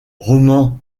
roman